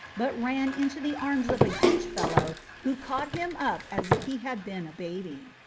but ran into the arms of a huge fellow who caught him up as if he had been a baby.